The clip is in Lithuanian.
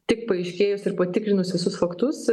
tik paaiškėjus ir patikrinus visus faktus